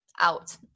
out